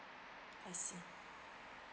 I see